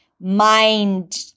mind